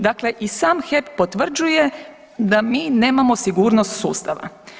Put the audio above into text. Dakle, i sam HEP potvrđuje da mi nemamo sigurnost sustava.